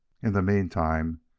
in the meantime,